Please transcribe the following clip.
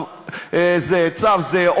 צו זה,